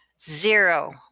zero